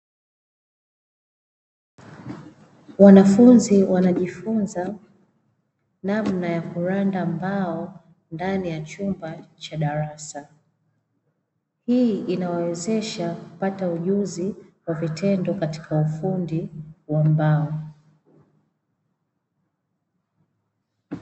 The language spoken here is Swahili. Wanafunzi wanajifunza namna ya kuranda mbao, ndani ya chumba cha darasa. Hii inawawezesha kupata ujuzi kwa vitendo katika ufundi wa mbao.